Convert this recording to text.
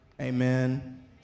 Amen